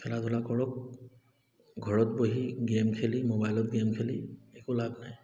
খেলা ধূলা কৰক ঘৰত বহি গে'ম খেলি মোবাইলত গে'ম খেলি একো লাভ নাই